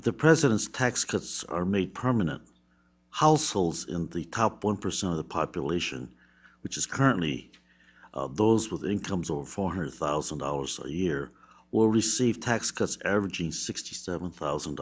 the president's tax cuts are made permanent households in the top one percent of the population which is currently those with incomes over four hundred thousand dollars a year will receive tax cuts averaging sixty seven thousand